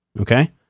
okay